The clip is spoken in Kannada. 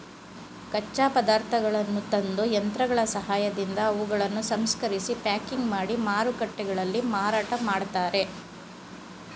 ಕಚ್ಚಾ ಪದಾರ್ಥಗಳನ್ನು ತಂದು, ಯಂತ್ರಗಳ ಸಹಾಯದಿಂದ ಅವುಗಳನ್ನು ಸಂಸ್ಕರಿಸಿ ಪ್ಯಾಕಿಂಗ್ ಮಾಡಿ ಮಾರುಕಟ್ಟೆಗಳಲ್ಲಿ ಮಾರಾಟ ಮಾಡ್ತರೆ